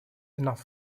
enough